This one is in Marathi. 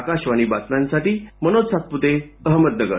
आकाशवाणी बातम्यांसाठी मनोज सातपुते अहमदनगर